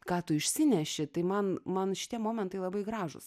ką tu išsineši tai man man šitie momentai labai gražūs